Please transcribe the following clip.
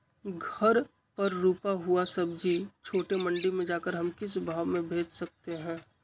घर पर रूपा हुआ सब्जी छोटे मंडी में जाकर हम किस भाव में भेज सकते हैं?